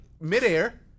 midair